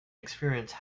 experience